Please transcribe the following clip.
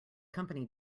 company